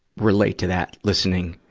relate to that, listening